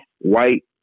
white